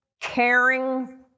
caring